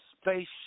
spaceship